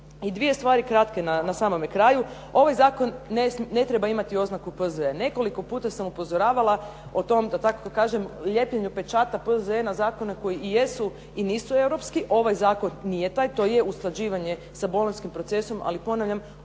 I dvije stvari kratke na samome kraju, ovaj zakon ne treba imati oznaku P.Z.E. Nekoliko puta sam upozoravala o tom, da tako kažem, lijepljenju pečata P.Z.E. na zakone koji i jesu i nisu europski, ovaj zakon nije taj, to je usklađivanje sa bolonjskim procesom, ali ponavljam,